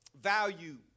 value